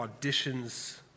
auditions